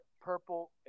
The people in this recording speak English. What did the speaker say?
purple